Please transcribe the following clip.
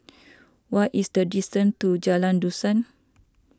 what is the distance to Jalan Dusan